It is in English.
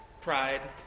pride